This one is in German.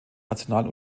rational